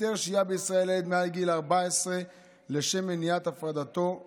היתר שהייה בישראל לילד מעל גיל 14 לשם מניעת הפרדתו מהורהו,